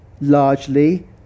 largely